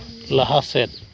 ᱞᱟᱦᱟ ᱥᱮᱫ